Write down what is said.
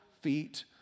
feet